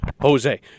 jose